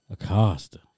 Acosta